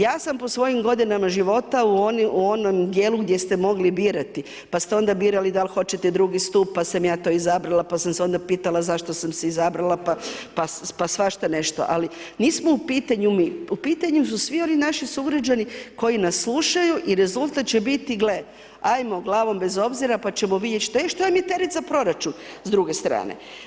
Ja sam po svojim godinama života u onom dijelu gdje ste mogli birati pa ste onda birali da hoćete drugi stup pa sam ja to izabrala, pa sam se onda pitala zašto sam si izabrala, pa svašta nešto, ali nismo u pitanju mi, u pitanju su svi oni naši sugrađani koji nas slušaju i rezultat će biti gle ajmo glavom bez obzira pa ćemo vidjet što, em što vam je teret za proračun s druge strane.